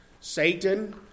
Satan